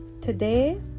Today